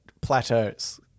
plateaus